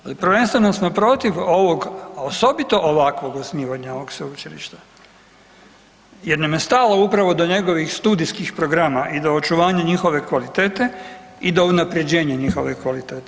Ali prvenstveno smo protiv ovog a osobito ovakvog osnivanja ovog sveučilišta, jer nam je stalo upravo do njegovih studijskih programa, i do očuvanja njihove kvalitete i do unapređenja njihove kvalitete.